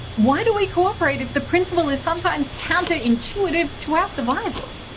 why do we cooperate if the principle is sometimes counterintuitive to our survival?